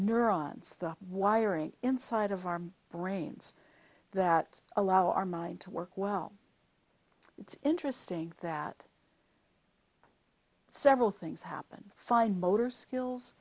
neurons the wiring inside of our brains that allow our mind to work well it's interesting that several things happen fine motor skills